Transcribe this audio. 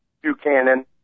Buchanan